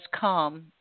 come